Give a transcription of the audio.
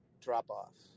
drop-off